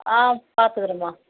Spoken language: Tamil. ஆ பார்த்துக்குறோம்மா